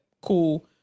Cool